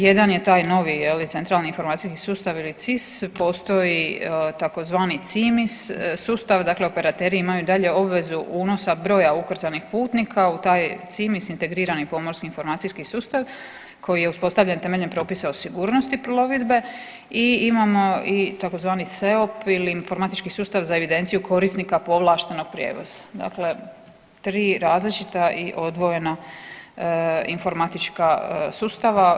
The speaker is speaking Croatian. Jedan je taj novi centralni informacijski sustav ili CIS, postoji tzv. CIMIS sustav dakle operateri imaju i dalje obvezu unosa broja ukrcanih putnika u taj CIMIS Integrirani pomorski informacijski sustav koji je uspostavljen temeljem propisa o sigurnosti plovidbe i imamo tzv. SEOP ili Informatički sustav za evidenciju korisnika povlaštenog prijevoza, dakle tri različita i odvojena informatička sustava.